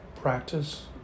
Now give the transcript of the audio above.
practice